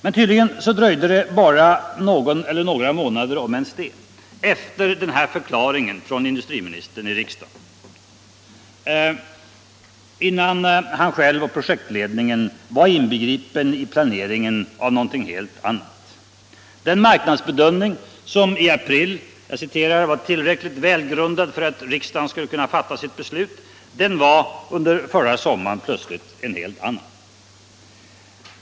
Men tydligen dröjde det bara någon eller några månader —- om ens det — efter denna förklaring av industriministern i riksdagen innan han själv och projektledningen var inbegripna i planeringen av någonting helt annat. Den marknadsbedömning som i april ”var tillräckligt välgrundad för att riksdagen skulle fatta sitt beslut” blev under förra sommaren plötsligt en helt annan.